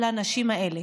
על האנשים האלה.